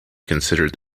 considered